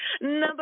Number